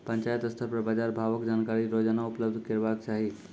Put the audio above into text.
पंचायत स्तर पर बाजार भावक जानकारी रोजाना उपलब्ध करैवाक चाही?